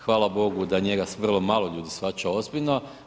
Hvala Bogu da njega vrlo malo ljudi shvaća ozbiljno.